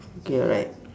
K alright